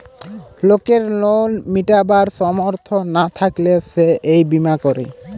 লোকের লোন মিটাবার সামর্থ না থাকলে সে এই বীমা করে